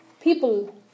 people